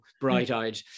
bright-eyed